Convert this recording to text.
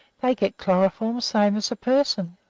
they get chloroform same as a person.